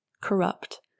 corrupt